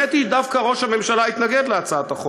הממשלה מגישה לו על מגש של כסף סיבה טובה להתערב בסכסוך.